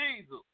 Jesus